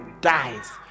dies